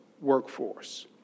workforce